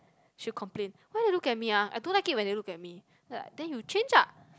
she'll complain why they look at me ah I don't like it when they look at me then I like then you change ah